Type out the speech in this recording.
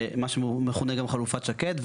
שהוא מכונה גם חלופת שקד.